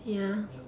ya